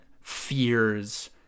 fears